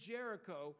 Jericho